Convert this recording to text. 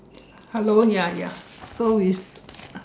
hello ya ya so with